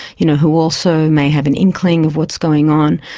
you know who also may have an inkling of what's going on,